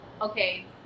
okay